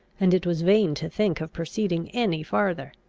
and it was vain to think of proceeding any farther.